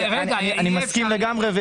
כי אני מסכים לגמרי.